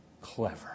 clever